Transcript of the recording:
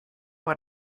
war